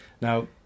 now